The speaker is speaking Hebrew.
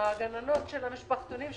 הגננות של המשפחתונים,